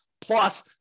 plus